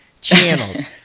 channels